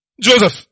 Joseph